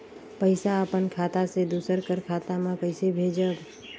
पइसा अपन खाता से दूसर कर खाता म कइसे भेजब?